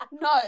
No